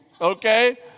okay